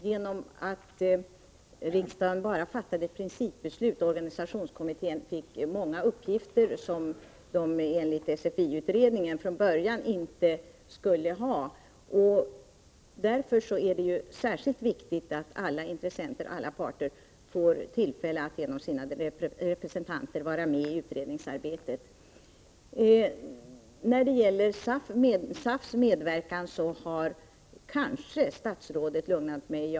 Herr talman! Genom att riksdagen bara fattade ett principbeslut fick organisationskommittén många uppgifter som den enligt SFI-utredningen från början inte skulle ha. Därför är det särskilt viktigt att alla intressenter och alla parter får tillfälle att genom sina representanter vara med i utredningsarbetet. När det gäller SAF:s medverkan har statsrådet kanske lugnat mig en smula.